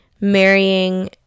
marrying